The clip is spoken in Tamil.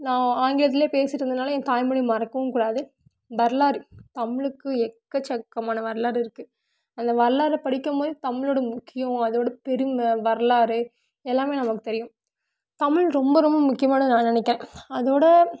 நான் ஆங்கிலத்துலேயே பேசிகிட்டு இருந்தனால் என் தாய் மொழி மறக்கவும் கூடாது வரலாறு தமிழுக்கு எக்கசக்கமான வரலாறு இருக்குது அந்த வரலாறை படிக்கும் போதே தமிழோடய முக்கியம் அதோடய பெருமை வரலாறு எல்லாமே நமக்கு தெரியும் தமிழ் ரொம்ப ரொம்ப முக்கியமானதுன்னு நான் நினைக்கிறேன் அதோடு